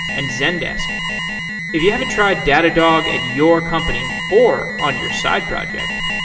and zendesk if you haven't tried datadog at your company or on your side project,